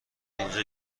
اینجا